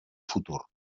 futur